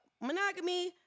monogamy